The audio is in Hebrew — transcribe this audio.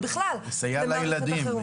ובכלל למערכת החינוך.